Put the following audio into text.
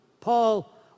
Paul